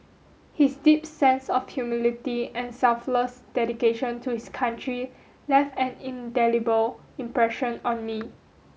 his deep sense of humility and selfless dedication to his country left an indelible impression on me